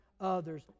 others